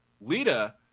Lita